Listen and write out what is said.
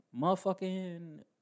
motherfucking